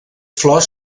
flors